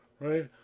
right